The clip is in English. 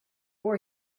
were